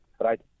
right